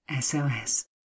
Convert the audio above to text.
SOS